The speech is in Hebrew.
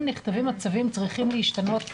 נכתבים הצווים צריכים להשתנות מהיסוד.